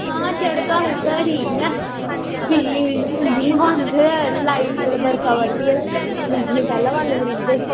हां शड़कां शुड़कां ते ठीक न बिजली बुजली होंदी बंद ते लाइट जुल्लै बरखा बरदी ऐ ते बिजली पैह्ले बंद करी ओड़दे